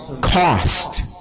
cost